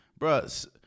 Bruh